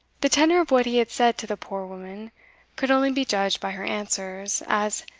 the tenor of what he had said to the poor woman could only be judged by her answers, as,